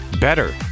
better